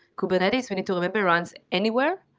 kubernetes, we need to remember, runs anywhere,